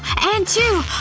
and two,